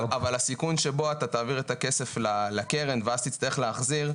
אבל הסיכון שבו אתה תעביר את הכסף לקרן ואז תצטרך להחזיר,